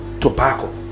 tobacco